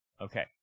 Okay